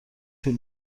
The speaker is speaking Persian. طول